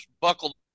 buckled